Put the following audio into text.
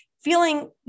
feeling